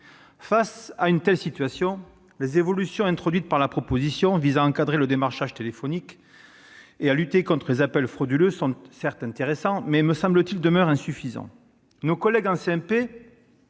face à une telle situation, les évolutions introduites par la proposition de loi visant à encadrer le démarchage téléphonique et à lutter contre les appels frauduleux sont intéressantes, mais elles demeurent insuffisantes. Nos collègues en